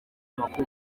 amakuru